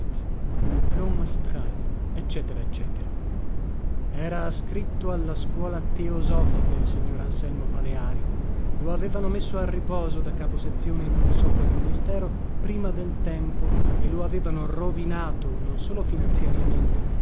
ecc ecc era ascritto alla scuola teosofica il signor anselmo paleari lo avevano messo a riposo da caposezione in non so qual ministero prima del tempo e lo avevano rovinato non solo finanziariamente ma